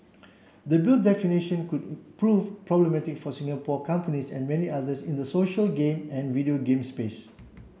the Bill's definition could prove problematic for Singapore companies and many others in the social game and video game space